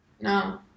no